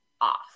off